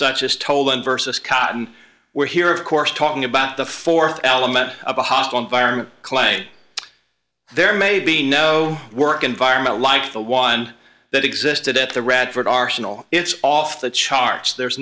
such as told in versus caught and we're here of course talking about the th aliment a hostile environment calais there may be no work environment like the one that existed at the radford arsenal it's off the charts there's